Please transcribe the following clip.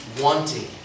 wanting